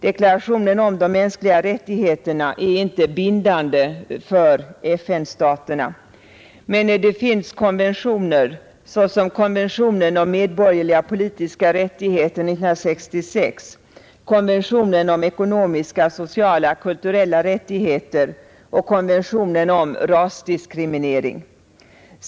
Deklarationen om de mänskliga rättigheterna är inte bindande för FN-staterna. Men det finns konventioner, såsom konventionen om medborgerliga politiska rättigheter 1966, konventionen om ekonomiska, sociala och kulturella rättigheter samt konventionen om rasdiskriminering.